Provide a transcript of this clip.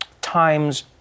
times